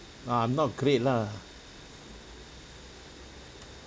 I'm not great lah